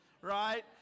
Right